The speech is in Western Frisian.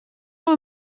mei